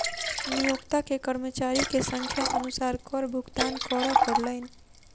नियोक्ता के कर्मचारी के संख्या अनुसार कर भुगतान करअ पड़लैन